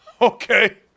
Okay